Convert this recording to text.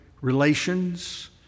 relations